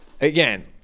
again